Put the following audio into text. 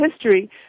history